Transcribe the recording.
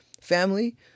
family